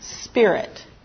spirit